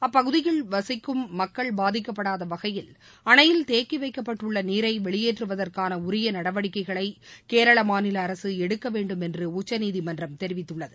அப்பகுதியில் வசிக்கும் மக்கள் பாதிக்கப்படாத வகையில் அணையில் தேக்கி வைக்கப்பட்டுள்ள நீரை வெளியேற்றுவதற்கான உரிய நடவடிக்கைகளை கேரள மாநில அரசு எடுக்க வேண்டும் என்று உச்சநீதிமன்றம் தெரிவித்துள்ளது